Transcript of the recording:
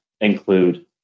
include